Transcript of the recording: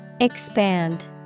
Expand